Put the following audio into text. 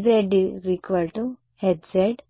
సంఖ్యను తగ్గించండి